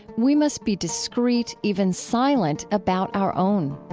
we must be discreet, even silent about our own